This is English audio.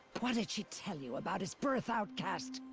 what did she tell you about its birth, outcast?